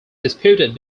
disputed